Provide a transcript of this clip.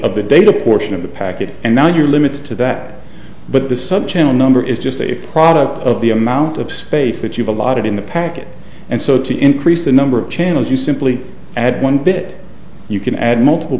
of the data portion of the packet and now you're limited to that but the subchannel number is just a product of the amount of space that you've a lot of in the packet and so to increase the number of channels you simply add one bit you can add multiple